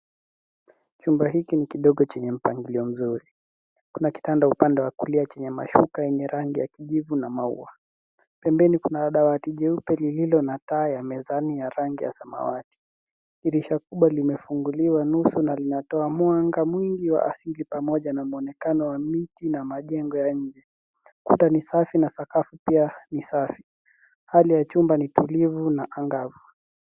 Chumba hiki ni kidogo chenye mpangilio mzuri. Kuna kitanda upande wa kulia chenye mashuka yenye rangi ya kijivu na maua. Pembeni kuna dawati jeupe lililo na taa ya mezani ya rangi ya samawati. Dirisha kubwa limefunguliwa nusu na linatoa mwanga mwingi wa asili pamoja na mwonekano wa miti na majengo ya nje. Kuta ni safi na sakafu pia ni safi. Hali ya chumba ni tulivu na angavu.